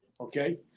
Okay